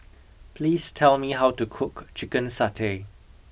please tell me how to cook Chicken Satay